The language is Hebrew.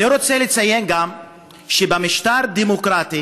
אני רוצה לציין גם שבמשטר דמוקרטי